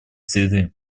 среды